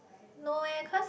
no eh cause